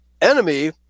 enemy